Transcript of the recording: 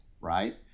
right